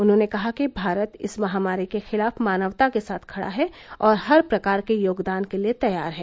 उन्होंने कहा कि भारत इस महामारी के खिलाफ मानवता के साथ खड़ा है और हर प्रकार के योगदान के लिए तैयार है